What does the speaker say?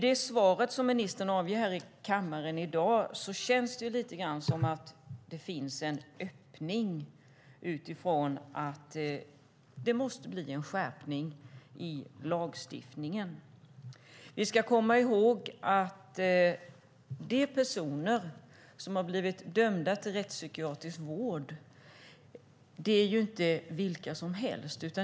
Det känns lite grann som att det finns en öppning i det svar som ministern avger här i kammaren i dag - det måste bli en skärpning i lagstiftningen. Vi ska komma ihåg att de personer som har blivit dömda till rättspsykiatrisk vård inte är vilka som helst.